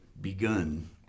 begun